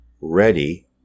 ready